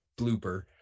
blooper